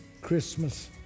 Christmas